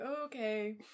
Okay